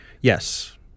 Yes